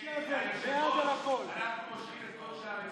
היושב-ראש, אנחנו מושכים את כל שאר ההסתייגויות.